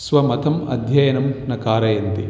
स्वमतम् अध्ययनं न कारयन्ति